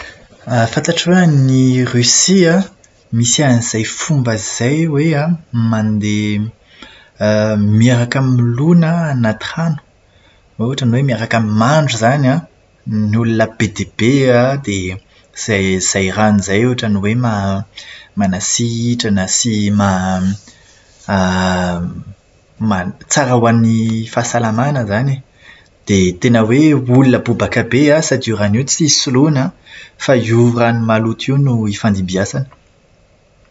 Fantatro hoe any Rosia an, misy an'izay fomba izay hoe mandeha miaraka milona anaty rano, ohatran'ny hoe miaraka mandro izany an, ny olona be dia be an, dia izay izay rano izay ohatran'ny hoe manasitrana sy ma- ma- tsara ho an'ny fahasalamàna izany e. Dia tena hoe olona bobaka be an, sady io rano io tsy soloina fa io rano maloto io no ifandimbiasana.